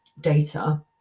data